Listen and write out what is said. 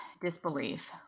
disbelief